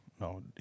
No